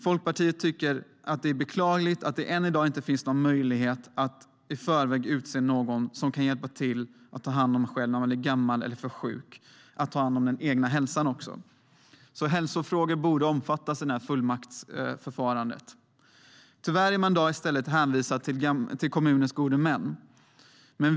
Folkpartiet tycker att det är beklagligt att det än i dag inte finns någon möjlighet att i förväg utse någon som kan hjälpa till att ta hand om en själv när man är för gammal eller för sjuk för att ta hand också om den egna hälsan. Hälsofrågor borde omfattas av fullmaktsförfarandet. Tyvärr är man i dag i stället hänvisad till kommunernas gode män.